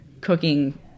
cooking